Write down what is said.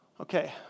Okay